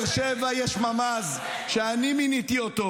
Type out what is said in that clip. בבאר שבע יש ממ"ז שאני מיניתי אותו,